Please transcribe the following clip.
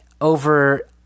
over